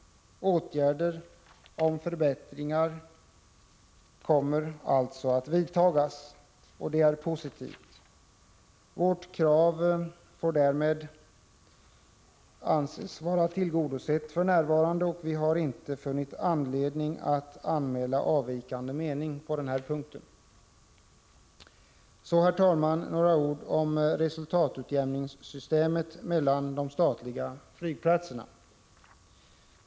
Åtgärder som innebär förbättringar kommer alltså att vidtas, och det är positivt. Vårt krav får därmed anses vara tillgodosett för närvarande, och vi har inte funnit anledning att anmäla avvikande mening på den här punkten. Så, herr talman, några ord om resultatutjämningssystemet mellan de statliga flygplatserna.